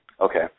Okay